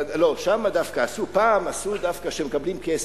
לא, שם דווקא עשו, פעם עשו שמקבלים כסף.